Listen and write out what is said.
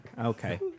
Okay